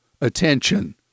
attention